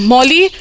Molly